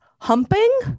humping